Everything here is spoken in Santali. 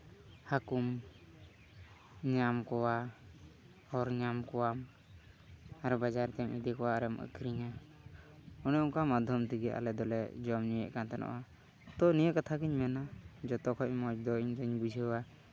ᱦᱟᱹᱠᱩᱢ ᱧᱟᱢ ᱠᱚᱣᱟ ᱚᱨ ᱧᱟᱢ ᱠᱚᱣᱟᱢ ᱟᱨ ᱵᱟᱡᱟᱨ ᱛᱮᱢ ᱤᱫᱤ ᱠᱚᱣᱟᱢ ᱟᱨᱮᱢ ᱟᱹᱠᱷᱨᱤᱧᱟ ᱚᱱᱮ ᱚᱱᱠᱟ ᱢᱟᱫᱽᱫᱷᱚᱢ ᱛᱮᱜᱮ ᱟᱞᱮ ᱫᱚᱞᱮ ᱡᱚᱢ ᱧᱩᱭᱮᱫ ᱠᱟᱱ ᱛᱟᱦᱮᱱᱚᱜᱼᱟ ᱛᱚ ᱱᱤᱭᱟᱹ ᱠᱟᱛᱷᱟ ᱜᱤᱧ ᱢᱚᱱᱟ ᱡᱚᱛᱚ ᱠᱷᱚᱱ ᱢᱚᱡᱽ ᱫᱚ ᱤᱧᱫᱩᱧ ᱵᱩᱡᱷᱟᱹᱣᱟ